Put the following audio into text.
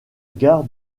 gare